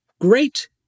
great